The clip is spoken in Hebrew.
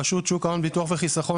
רשות שוק ההון ביטוח וחיסכון,